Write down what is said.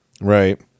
Right